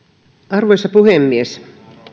arvoisa puhemies